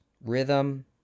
rhythm